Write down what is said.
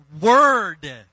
word